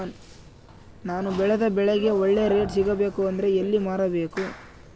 ನಾನು ಬೆಳೆದ ಬೆಳೆಗೆ ಒಳ್ಳೆ ರೇಟ್ ಸಿಗಬೇಕು ಅಂದ್ರೆ ಎಲ್ಲಿ ಮಾರಬೇಕು?